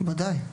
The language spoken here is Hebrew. ודאי.